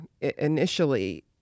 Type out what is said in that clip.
initially